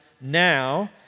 now